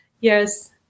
Yes